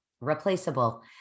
replaceable